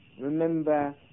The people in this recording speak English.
remember